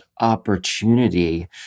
opportunity